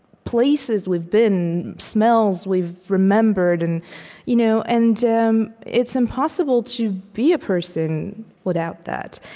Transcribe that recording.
places we've been, smells we've remembered. and you know and um it's impossible to be a person without that.